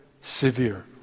severe